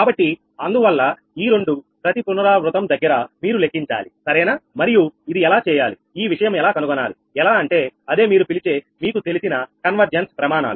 కాబట్టి అందువల్ల ఈ రెండు ప్రతి పునరావృతం దగ్గర మీరు లెక్కించాలి సరేనా మరియు ఇది ఎలా చేయాలి ఈ విషయం ఎలా కనుగొనాలి ఎలా అంటే అదే మీరు పిలిచే మీకు తెలిసిన కన్వర్జెన్స్ ప్రమాణాలు